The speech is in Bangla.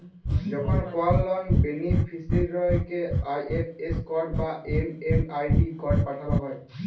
যখন কল লন বেনিফিসিরইকে আই.এফ.এস কড বা এম.এম.আই.ডি কড পাঠাল হ্যয়